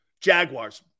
Jaguars